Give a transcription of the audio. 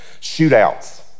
shootouts